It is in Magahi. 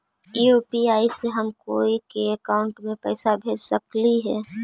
यु.पी.आई से हम कोई के अकाउंट में पैसा भेज सकली ही?